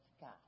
God